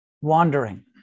wandering